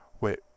wait